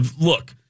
look